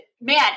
man